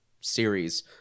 series